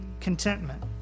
contentment